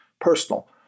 personal